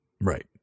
right